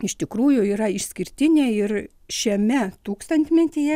iš tikrųjų yra išskirtinė ir šiame tūkstantmetyje